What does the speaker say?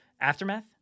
Aftermath